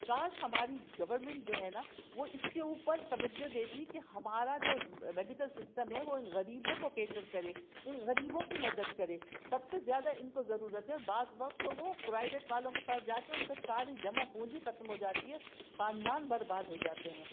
کاش ہماری گورنمنٹ جو ہے نا وہ اِس کے اوپر توجہ دیتی کہ ہمارا جو میڈیکل سسٹم ہے وہ اُن غریبوں کو کیپٹر کرے اِن غریبوں کی مدد کرے سب سے زیادہ اِن کو ضرورت ہے اور بعض وقت تو وہ پرائیویٹ والوں کے پاس جا کے اُن کا ساری جمع پونجی ختم ہو جاتی ہے خاندان برباد ہو جاتے ہیں